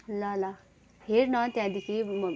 ल ल हेर् न त्यहाँदेखि म